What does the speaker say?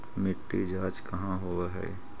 मिट्टी जाँच कहाँ होव है?